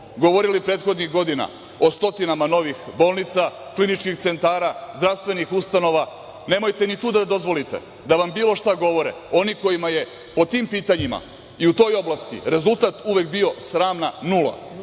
govorili prethodnih godina o stotinama novih bolnica, kliničkih centara, zdravstvenih ustanova. Nemojte ni tu da dozvolite da vam bilo šta govore oni kojima je o tim pitanjima i u toj oblasti rezultat uvek bio sramna nula,